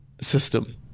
system